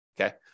Okay